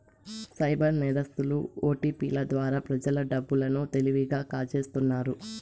cyber నేరస్తులు ఓటిపిల ద్వారా ప్రజల డబ్బు లను తెలివిగా కాజేస్తున్నారు